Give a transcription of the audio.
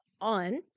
on